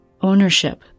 ownership